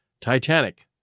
Titanic